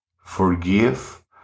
Forgive